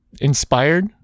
inspired